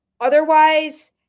Otherwise